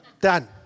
done